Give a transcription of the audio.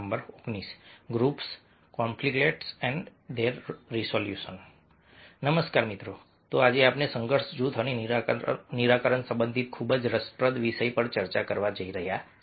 નમસ્કાર તો આજે આપણે સંઘર્ષ જૂથ અને નિરાકરણ સંબંધિત ખૂબ જ રસપ્રદ વિષય પર ચર્ચા કરવા જઈ રહ્યા છીએ